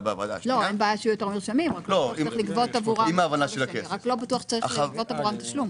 אין בעיה שיהיו יותר מרשמים אך לא בטוח צריך לגבות עבורם תשלום.